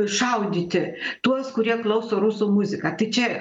šaudyti tuos kurie klauso rusų muziką tai čia